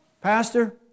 Pastor